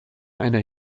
einer